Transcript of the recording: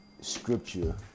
scripture